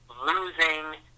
losing